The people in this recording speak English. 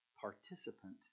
participant